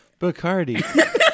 Bacardi